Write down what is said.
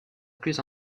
plus